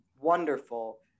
wonderful